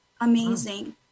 amazing